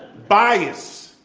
bias,